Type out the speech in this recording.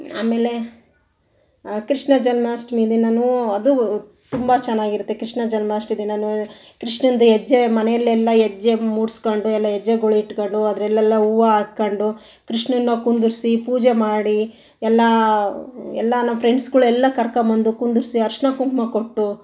ಆಮೇಲೆ ಕೃಷ್ಣ ಜನ್ಮಾಷ್ಟಮಿ ದಿನನೂ ಅದೂ ತುಂಬ ಚೆನ್ನಾಗಿರುತ್ತೆ ಕೃಷ್ಣ ಜನ್ಮಾಷ್ಟ್ಮಿ ದಿನನೂ ಕೃಷ್ಣಂದು ಹೆಜ್ಜೆ ಮನೇಲೆಲ್ಲ ಹೆಜ್ಜೆ ಮೂಡ್ಸ್ಕೊಂಡು ಎಲ್ಲ ಹೆಜ್ಜೆಗಳ್ ಇಟ್ಕಂಡು ಅದರಲ್ಲೆಲ್ಲ ಹೂವ ಹಾಕ್ಕೊಂಡು ಕೃಷ್ಣನ್ನು ಕುಳ್ಳಿರ್ಸಿ ಪೂಜೆ ಮಾಡಿ ಎಲ್ಲ ಎಲ್ಲ ನಮ್ಮ ಫ್ರೆಂಡ್ಸ್ಗಳೆಲ್ಲ ಕರ್ಕೊಂಬಂದು ಕುಳ್ಳಿರ್ಸಿ ಅರಿಶ್ಣ ಕುಂಕುಮ ಕೊಟ್ಟು